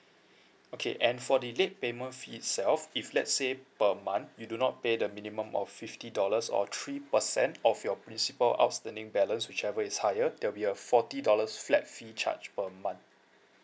okay and for the late payment fee itself if let's say per month you do not pay the minimum of fifty dollars or three percent of your principal outstanding balance whichever is higher there'll be a forty dollars flat fee charge per month